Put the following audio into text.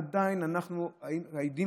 עדיין אנחנו עדים,